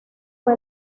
fue